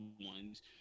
ones